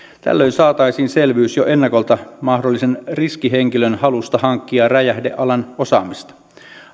tällöin saataisiin jo ennakolta selvyys mahdollisen riskihenkilön halusta hankkia räjähdealan osaamista